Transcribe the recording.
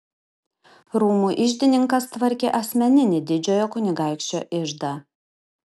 rūmų iždininkas tvarkė asmeninį didžiojo kunigaikščio iždą